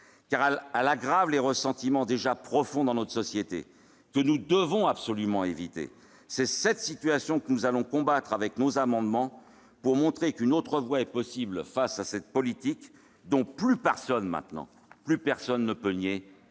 qu'elle aggrave les ressentiments déjà profonds dans notre société, ce que nous devons absolument éviter. C'est cette situation que nous allons résolument combattre avec nos amendements, pour montrer qu'une autre voie est possible face à cette politique, dont plus personne ne pourra maintenant nier